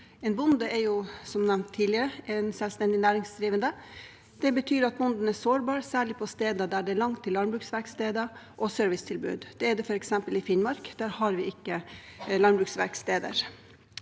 En bonde er, som nevnt tidligere, selvstendig næringsdrivende. Det betyr at bonden er sårbar særlig på steder der det er langt til landbruksverksteder og servicetilbud. Det er det f.eks. i Finnmark, der har vi ikke landbruksverksteder.